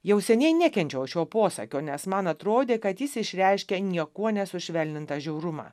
jau seniai nekenčiau šio posakio nes man atrodė kad jis išreiškia niekuo nesušvelnintą žiaurumą